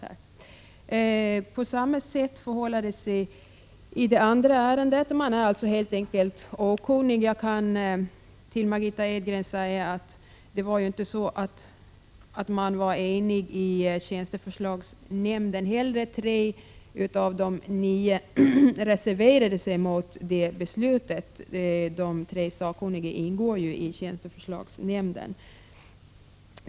87 På samma sätt förhåller det sig i det andra ärendet. Man är helt enkelt okunnig. Jag vill påpeka för Margitta Edgren att inte heller tjänsteförslagsnämnden var enig. Tre av de nio ledamöterna reserverade sig mot beslutet — de tre sakkunniga ingår ju i tjänsteförslagsnämnden.